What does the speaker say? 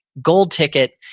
gold ticket.